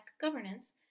governance